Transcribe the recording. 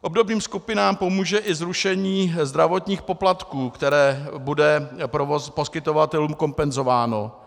Obdobným skupinám pomůže i zrušení zdravotních poplatků, které bude poskytovatelům kompenzováno.